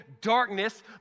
darkness